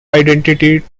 identity